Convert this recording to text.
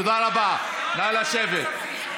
תודה רבה, נא לשבת.